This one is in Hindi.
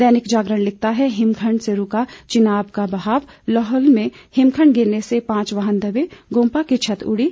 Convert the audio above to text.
दैनिक जागरण लिखता है हिमखंड से रुका चिनाब का बहाव लाहुल में हिमखंड गिरने से पांच वाहन दबे गोंपा की छत उड़ी